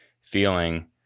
feeling